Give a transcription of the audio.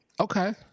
Okay